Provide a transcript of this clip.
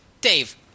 Dave